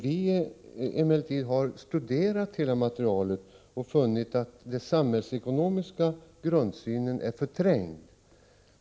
Vi har emellertid studerat hela materialet och funnit att den samhällsekonomiska grundsynen är förträngd.